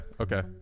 okay